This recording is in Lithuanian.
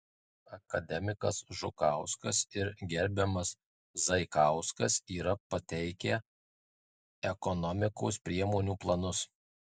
akademikas žukauskas ir gerbiamas zaikauskas yra pateikę ekonomikos priemonių planus